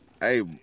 Hey